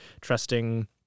trusting